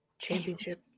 championship